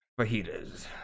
fajitas